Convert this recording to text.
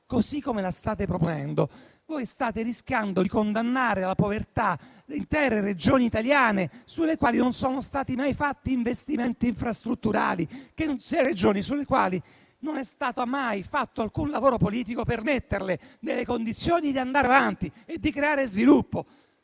per come la state proponendo, state rischiando di condannare alla povertà intere Regioni italiane sulle quali non sono stati mai fatti investimenti infrastrutturali, Regioni sulle quali non è mai stato fatto alcun lavoro politico per metterle nelle condizioni di andare avanti e di creare sviluppo.